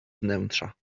wnętrza